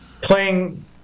playing